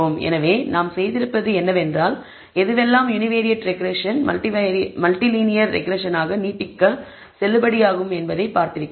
எனவே நாங்கள் செய்திருப்பது என்னவென்றால் எதுவெல்லாம் univariate regression multi linear regression ஆக நீட்டிக்க செல்லுபடியாகும் என்பதை பார்த்திருக்கிறோம்